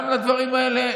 גם לדברים האלה,